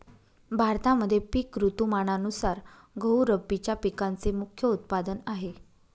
भारतामध्ये पिक ऋतुमानानुसार गहू रब्बीच्या पिकांचे मुख्य उत्पादन आहे